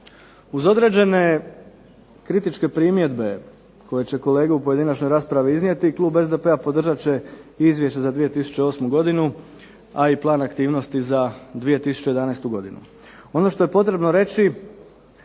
Uz određene kritičke primjedbe koje će kolege u pojedinačnoj raspravi iznijeti, Klub SDP-a podržat će Izvješće za 2008. godinu a i Plan aktivnosti za 2011. godinu.